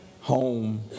home